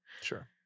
Sure